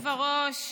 אדוני היושב-ראש,